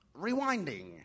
Rewinding